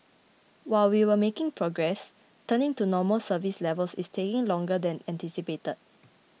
while we are making progress returning to normal service levels is taking longer than anticipated